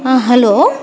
हा हलो